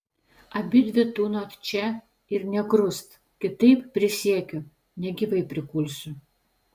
abidvi tūnot čia ir nė krust kitaip prisiekiu negyvai prikulsiu